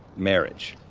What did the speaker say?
marriage.